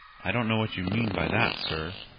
i don't know what you mean by that, sir.